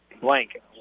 Blank